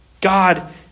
God